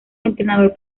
entrenador